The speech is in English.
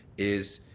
is